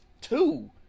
two